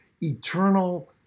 eternal